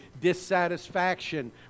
dissatisfaction